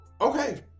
okay